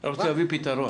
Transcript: אני רוצה להביא פתרון.